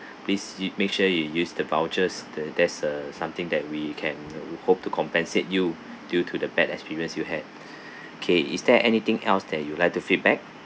please y~ make sure you use the vouchers the there's a something that we can hope to compensate you due to the bad experience you had K is there anything else that you like to feedback